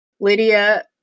Lydia